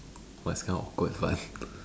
but it's kind of awkward [what]